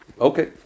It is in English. Okay